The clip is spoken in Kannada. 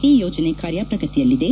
ಈ ಯೋಜನೆ ಕಾರ್ಯ ಪ್ರಗತಿಯಲ್ಲಿದೆ